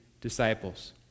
disciples